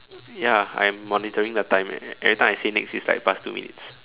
ya I am monitoring the time every time I say next it's like past two minutes